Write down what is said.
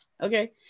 Okay